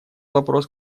вопрос